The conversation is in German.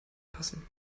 passen